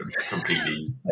completely